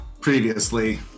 previously